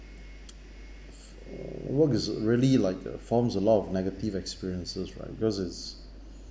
work is really like the forms a lot of negative experiences right because it's